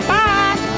Bye